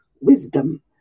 wisdom